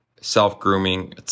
self-grooming